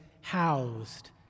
housed